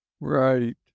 Right